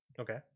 Okay